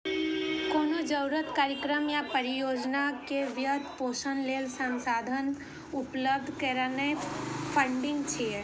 कोनो जरूरत, कार्यक्रम या परियोजना के वित्त पोषण लेल संसाधन उपलब्ध करेनाय फंडिंग छियै